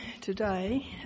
today